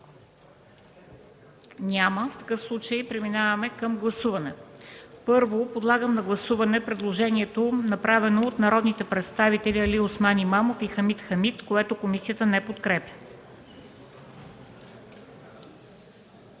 Няма. Преминаваме към гласуване. Първо, подлагам на гласуване предложението, направено от народните представители Алиосман Имамов и Хамид Хамид, което комисията не подкрепя.